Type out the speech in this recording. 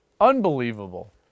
Unbelievable